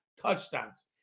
touchdowns